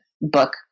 book